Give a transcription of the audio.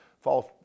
false